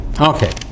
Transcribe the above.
Okay